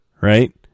right